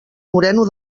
moreno